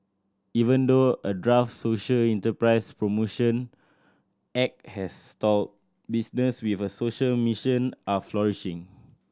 even though a draft social enterprise promotion act has stalled business with a social mission are flourishing